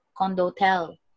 Condotel